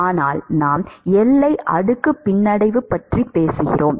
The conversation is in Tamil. ஆனால் நாம் எல்லை அடுக்கு பின்னடைவு பற்றி பேசுகிறோம்